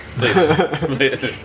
Please